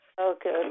Okay